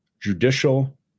judicial